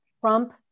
Trump